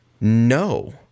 No